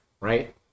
right